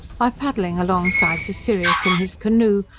by paddling along-side the sirius in his canoe,